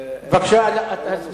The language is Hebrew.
בבקשה, חבר הכנסת חסון.